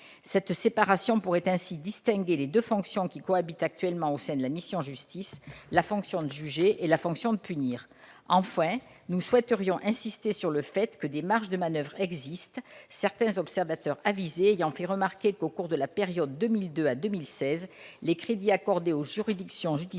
Cette séparation pourrait ainsi distinguer les deux fonctions qui cohabitent actuellement au sein de la mission « Justice »: juger et punir. Enfin, nous souhaiterions insister sur le fait que des marges de manoeuvre existent. Certains observateurs avisés ont fait remarquer que, dans la période courant de 2002 à 2016, les crédits accordés aux juridictions judiciaires